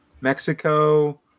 Mexico